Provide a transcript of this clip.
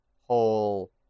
whole